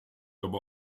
aber